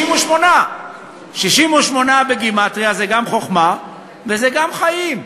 68. 68 בגימטריה זה גם חכמה וזה גם חיים.